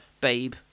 babe